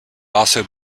also